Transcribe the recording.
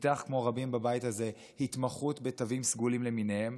ופיתח כמו רבים בבית הזה התמחות בתווים סגולים למיניהם,